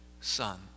son